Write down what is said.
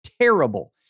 terrible